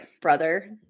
brother